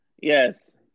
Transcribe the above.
Yes